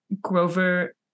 Grover